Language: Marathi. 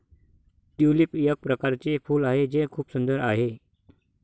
ट्यूलिप एक प्रकारचे फूल आहे जे खूप सुंदर आहे